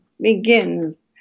begins